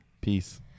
Peace